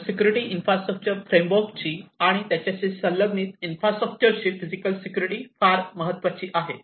तर security infrastructure framework ची आणि त्याच्याशी संलग्नित इन्फ्रास्ट्रक्चरची फिजिकल सिक्युरिटी फार महत्त्वाची आहे